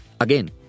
Again